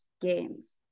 games